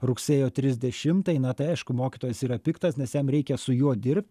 rugsėjo trisdešimtai tai aišku mokytojas yra piktas nes jam reikia su juo dirbt